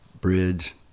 bridge